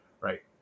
right